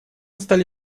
стали